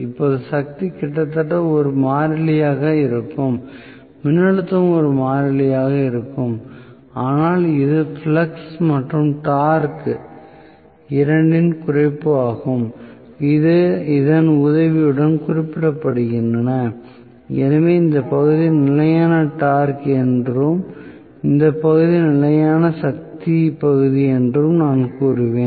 இப்போது சக்தி கிட்டத்தட்ட ஒரு மாறிலியாகவே இருக்கும் மின்னழுத்தமும் ஒரு மாறிலியாகவே இருக்கும் ஆனால் இது ஃப்ளக்ஸ் மற்றும் டார்க் இரண்டின் குறைப்பு ஆகும் இதன் உதவியுடன் குறிப்பிடப்படுகின்றன எனவே இந்த பகுதி நிலையான டார்க் பகுதி என்றும் இந்த பகுதி நிலையான சக்தி பகுதி என்றும் நான் கூறுவேன்